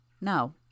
No